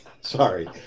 Sorry